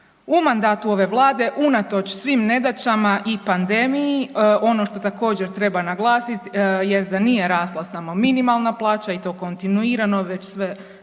U mandatu ove Vlade unatoč svim nedaćama i pandemiji ono što također treba naglasit jest da nije rasla samo minimalna plaća i to kontinuirano već sve,